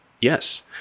yes